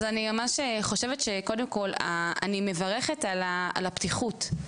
אז אני ממש חושבת שקודם כל, אני מברכת על הפתיחות.